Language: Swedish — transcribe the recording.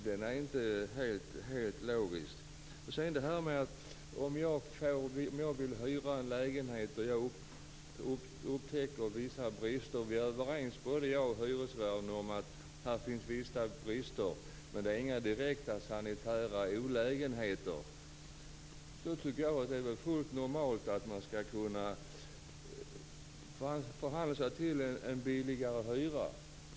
Det är inte helt logiskt. Jag vill hyra en lägenhet och upptäcker vissa brister. Hyresvärden och jag är överens om att det finns vissa brister, men det är inga direkta sanitära olägenheter. Jag tycker att det är fullt normalt att man skall kunna förhandla sig till en lägre hyra.